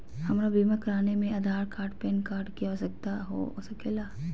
हमरा बीमा कराने में आधार कार्ड पैन कार्ड की आवश्यकता हो सके ला?